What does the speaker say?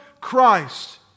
Christ